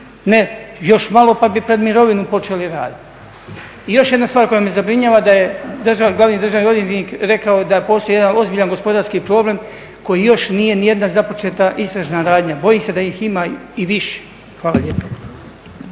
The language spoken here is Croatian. ne još malo pa bi pred mirovinu počeli raditi. I još jedna stvar koja me zabrinjava da je glavni državni odvjetnik rekao da postoji jedan ozbiljan gospodarski problem koji još nije nijedna započeta istražna radnja, bojim se da ih ima i više. Hvala lijepa.